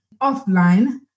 offline